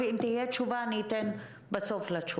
ואם תהיה תשובה אני אתן להשיב בסוף.